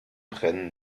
brennen